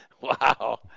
wow